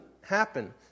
happen